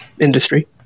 industry